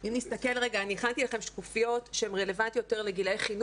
אני הכנתי לכם שקופיות שהן רלוונטיות יותר לגילאי חינוך,